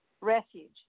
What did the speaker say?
Refuge